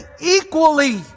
equally